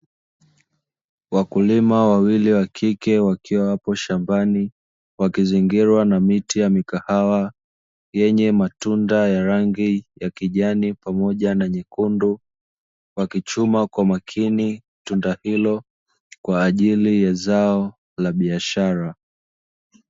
Wakulima wawili wa kike wakiwa wapo shambani, wakizingirwa na miti ya mikahawa, yenye matunda ya rangi ya kijani pamoja na nyekundu, wakichuma kwa makini tunda hilo, kwa ajili ya zao la biashara.